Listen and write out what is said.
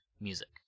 music